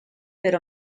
però